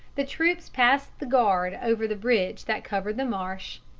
the troops passed the guard over the bridge that covered the marsh,